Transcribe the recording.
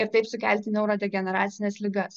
ir taip sukelti neurodegeneracines ligas